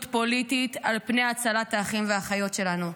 פוליטית על פני הצלת האחים והאחיות שלנו.